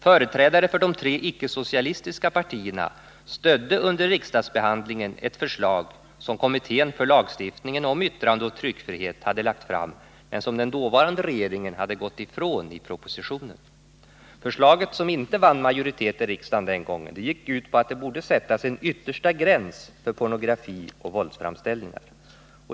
Företrädare för de tre ickesocialistiska partierna stödde under riksdagsbehandlingen ett förslag som kommittén för lagstiftningen om yttrandeoch tryckfrihet hade lagt fram men som den dåvarande regeringen hade gått ifrån i propositionen. Förslaget, som inte vann majoritet i riksdagen den gången, gick ut på att det borde sättas en yttersta gräns för pornografi och våldsframställningar.